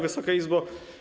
Wysoka Izbo!